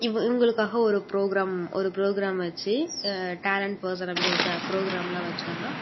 இவங்களுக்காக ஒரு ப்ரோக்ராம் ஒரு ப்ரோக்ராம் வச்சு டேலண்ட் பர்சன் அப்படின்னு ஒரு ப்ரோக்ராமில் வைச்சோன்னா